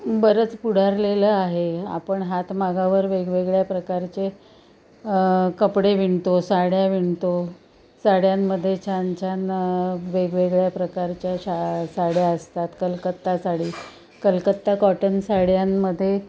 बरंच पुढारलेलं आहे आपण हातमागावर वेगवेगळ्या प्रकारचे कपडे विणतो साड्या विणतो साड्यांमध्ये छान छान वेगवेगळ्या प्रकारच्या शा साड्या असतात कलकत्ता साडी कलकत्ता कॉटन साड्यांमध्ये